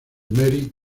mary